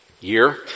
year